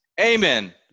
Amen